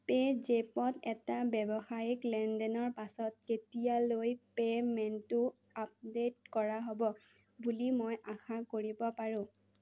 পে'জেপত এটা ব্যৱসায়িক লেনদেনৰ পাছত কেতিয়ালৈ পে'মেণ্টটো আপডেট কৰা হ'ব বুলি মই আশা কৰিব পাৰোঁ